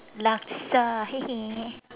laksa